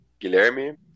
guilherme